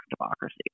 democracy